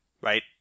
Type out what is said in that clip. Right